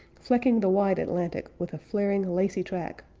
flecking the wide atlantic with a flaring, lacy track,